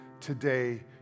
today